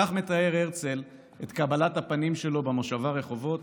כך מתאר הרצל את קבלת הפנים שלו במושבה רחובות.